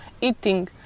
eating